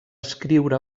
escriure